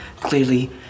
Clearly